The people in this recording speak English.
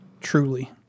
Truly